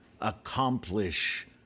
accomplish